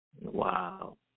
Wow